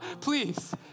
please